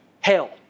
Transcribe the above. hell